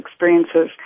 experiences